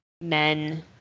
men